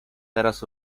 teraz